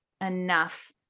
enough